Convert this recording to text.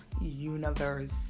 universe